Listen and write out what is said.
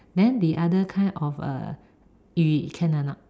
then the other kind of uh 语: yu can or not